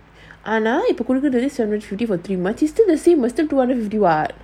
ஆனாஇப்பகொடுக்குறதுவந்து:ana ipa kodukurathu vandhu is still the same is two hundred fifty [what]